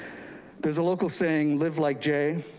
there's a local saying live like jay,